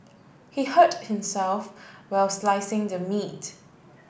he hurt himself while slicing the meat